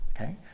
okay